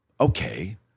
okay